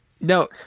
no